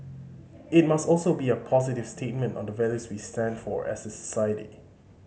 it must also be a positive statement on the values we stand for as a society